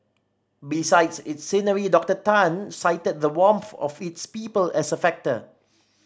besides its scenery Doctor Tan cited the warmth of its people as a factor